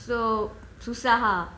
so susah ah